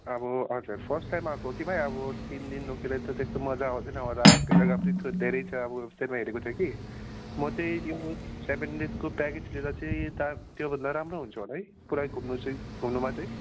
अब हजुर first time आएको कि भाइ अब तिन दिन रोकेर त्यो त्यस्तो मज्जा आउँदैन होला जग्गा पनि थो धेरै छ अब पिक्चरमा हेरेको थिएँ कि म चाहिँ त्यो सेभेन डेजको प्याकेज लिएर चाहिँ दा त्यो भन्दा राम्रो हुन्छ होला है पुरै घुम्नु चाहिँ घुम्नुमा चाहिँ